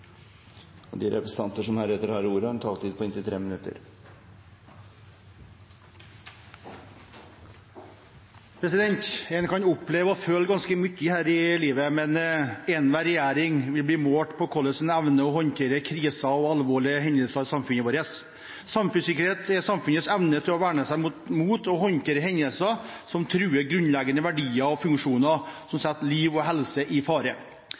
omme. De talere som heretter får ordet, har en taletid på inntil 3 minutter. En kan oppleve og føle ganske mye her i livet, men enhver regjering vil bli målt på hvordan en evner å håndtere kriser og alvorlige hendelser i samfunnet vårt. Samfunnssikkerhet er samfunnets evne til å verne seg mot og å håndtere hendelser som truer grunnleggende verdier og funksjoner, og som setter liv og helse i fare.